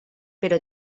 però